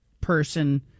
person